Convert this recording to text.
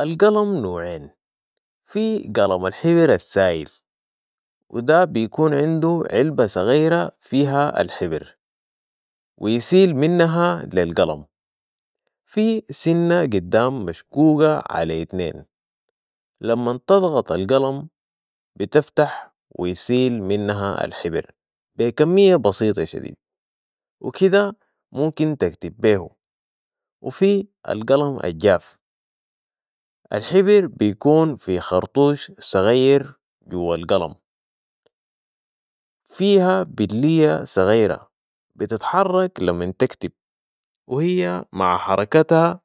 القلم نوعين ، في قلم الحبر السايل وده بيكون عنده علبه صغيره فيها الحبر و يسيل منها لي القلم في سنه قدام مشقوقه علي اتنين لمن تضغط القلم بتفتح و يسيل منها الحبر بكميه بسيطه شديد ، وكده ممكن تكتب بيهو وفي القلم الجاف ، الحبر بيكون في خرطوش صغير جوه القلم فيها بليه صغيره بتتحرك لمن تكتب وهى مع حركتها